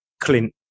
clint